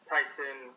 Tyson